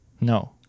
No